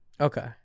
Okay